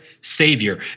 savior